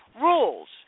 rules